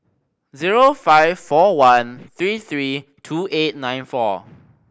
zero five four one three three two eight nine four